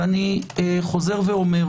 ואני שב ואומר